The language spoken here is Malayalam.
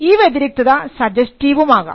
ഈ വ്യതിരിക്തത സജസ്റ്റീവും ആകാം